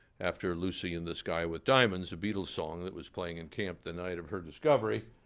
after lucy in the sky with diamonds, the beatles song that was playing in camp the night of her discovery.